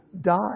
die